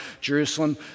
Jerusalem